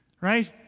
Right